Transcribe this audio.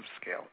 scale